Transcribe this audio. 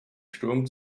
sturm